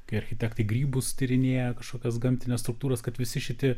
kai architektai grybus tyrinėja kažkokias gamtines struktūras kad visi šitie